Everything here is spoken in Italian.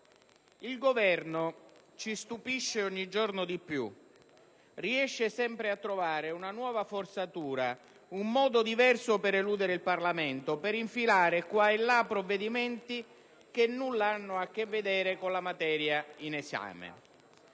Il Governo ci stupisce ogni giorno di più, riesce sempre a trovare una nuova forzatura, un modo diverso per eludere il Parlamento, per infilare qua e là provvedimenti che nulla hanno a che vedere con la materia in esame.